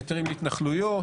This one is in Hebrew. היתרים להתנחלויות.